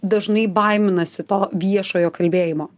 dažnai baiminasi to viešojo kalbėjimo